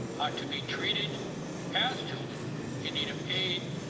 are to be treated as children in need of aid,